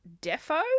Defo